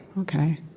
Okay